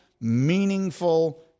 meaningful